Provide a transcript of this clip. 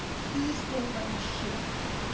please don't let me shit on you.